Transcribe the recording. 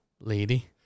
lady